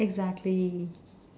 exactly